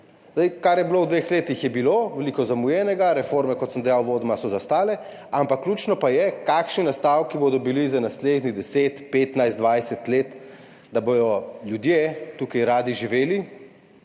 Kar je bilo v dveh letih, je bilo veliko zamujenega, reforme, kot sem dejal uvodoma, so zastale, ampak ključno pa je, kakšni nastavki bodo za naslednjih 10, 15, 20 let, da bodo ljudje tukaj radi živeli,